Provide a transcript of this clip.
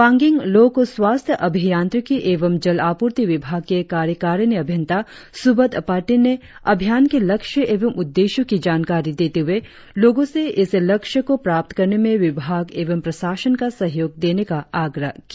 पांगिंग लोक स्वास्थ्य अभियांत्रिकी एवं जल आपूर्ति विभाग के कार्यकारिणी अभियंता सुबत पर्टिन ने अभियान के लक्ष्य एवं उद्देश्यों की जानकारी देते हुए लोगों से इस लक्ष्य को प्राप्त करने में विभाग एवं प्रशासन का सहयोग देने का आग्रह किया